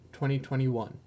2021